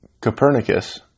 Copernicus